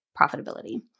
profitability